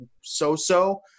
so-so